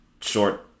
Short